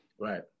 Right